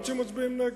רוצים, מצביעים נגד.